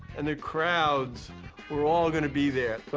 and the crowds were all gonna be there.